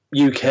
UK